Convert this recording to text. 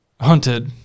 hunted